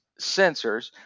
sensors